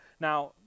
Now